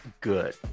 Good